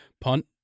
punt